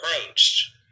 approached